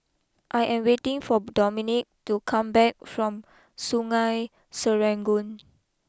I am waiting for Dominique to come back from Sungei Serangoon